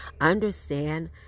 understand